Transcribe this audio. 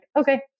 okay